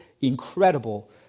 incredible